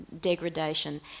degradation